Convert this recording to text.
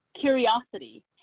curiosity